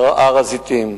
הר-הזיתים,